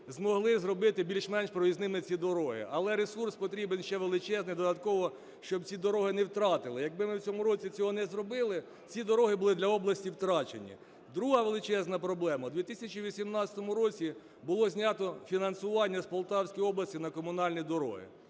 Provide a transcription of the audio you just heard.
змогли зробити більш-менш проїзними ці дороги. Але ресурс потрібен ще величезний додатково, щоб ці дороги не втратили. Якби ми в цьому році цього не зробили, ці дороги були б для області втрачені. Друга величезна проблема. В 2018 році було знято фінансування з Полтавської області на комунальні дороги.